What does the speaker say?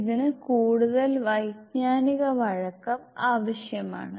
ഇതിന് കൂടുതൽ വൈജ്ഞാനിക വഴക്കം ആവശ്യമാണ്